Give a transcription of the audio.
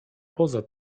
poza